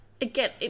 again